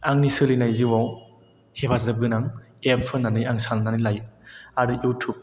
आंनि सोलिनाय जिउआव हेफाजाब गोनां एप होननानै आं साननानै लायो आरो युटुब